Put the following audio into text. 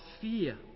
fear